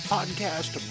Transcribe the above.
Podcast